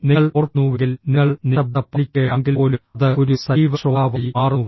നിങ്ങൾ ഓർക്കുന്നുവെങ്കിൽ നിങ്ങൾ നിശബ്ദത പാലിക്കുകയാണെങ്കിൽപ്പോലും അത് ഒരു സജീവ ശ്രോതാവായി മാറുന്നു